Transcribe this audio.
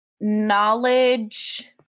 Knowledge